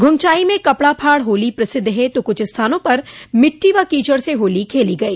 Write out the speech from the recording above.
घुंघचाई में कपड़ा फाड़ होली प्रसिद्ध है तो कुछ स्थानों पर मिट्टी व कीचड़ से होली खेली गई